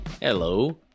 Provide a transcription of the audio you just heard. Hello